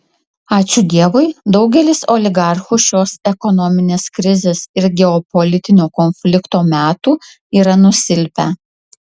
ačiū dievui daugelis oligarchų šios ekonominės krizės ir geopolitinio konflikto metų yra nusilpę